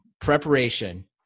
preparation